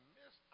miss